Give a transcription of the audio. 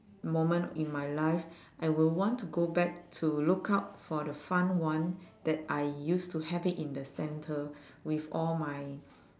moment in my life I will want to go back to look out for the fun one that I used to have it in the centre with all my